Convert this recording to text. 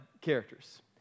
characters